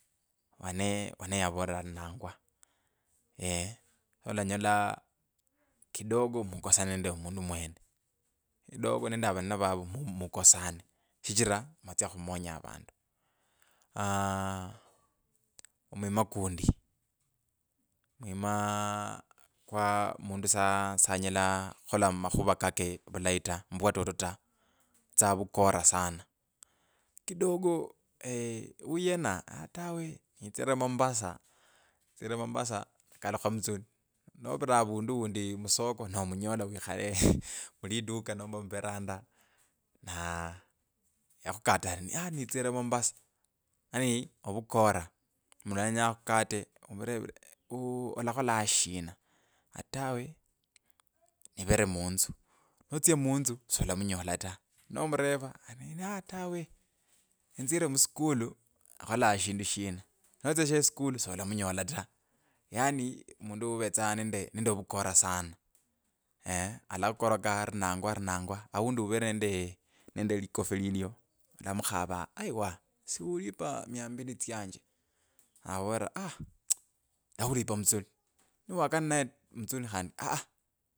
Wane wane yavola arinangwa olanyola kidogo mukosane nende mundu mwene kidogo kidogo nende avalina vavo mu mukosane shichira mwatsya khumonya avandu aaah omwima kundi mwima kwa mundu sa sanyela khukhola makhuva kake vulayi ta muvwatoto ta, tsa vukora sana kidogo uyena aa tawe nistire mombasa nistire mombasa nakalukha mutsuli novari avundu undi musoko momunyola wikhale khuliduka nova muveranda na yakhukata ari a nistire mombasa yani ovukora mundu alenya akhukate umurevire u alakhola shina ari tawe nivere munzu notsya munzu solamunyola ta nomreva ari aa tawe enzire muskulu nakhula shindu shina notsya sheskulu solamunyola ta yani mundu ivetsa nende nende vukora sana alakhurokanga arinangwa arinangwa aundi uvere nende nende likofi lilyo olamukhava aii aaa siundipa mia mbili tsyanje na akhivolera ari a ndakhulira mutsuli niwakana ninaye khandi aa.